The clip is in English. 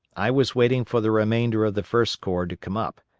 i was waiting for the remainder of the first corps to come up,